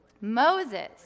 Moses